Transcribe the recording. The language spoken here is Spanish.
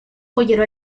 joyero